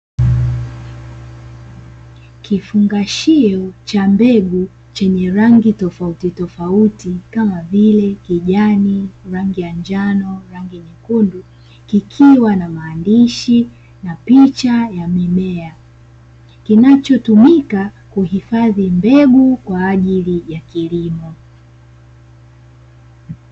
Kifungashio cha mbegu chenye rangi tofauti tofauti kama vile: kijani, rangi ya njano, rangi nyekundu. Kikiwa na maandishi na picha ya mimea, kinachotumika kuhifadhi mbegu kwa ajili ya kilimo.